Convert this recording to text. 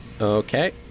Okay